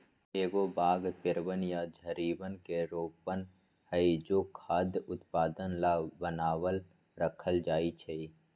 एगो बाग पेड़वन या झाड़ियवन के रोपण हई जो खाद्य उत्पादन ला बनावल रखल जाहई